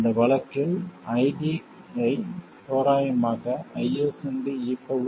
இந்த வழக்கில் ID யை தோராயமாக IS eVdVt